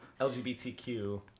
LGBTQ